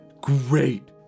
great